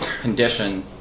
condition